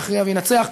יכריע וינצח.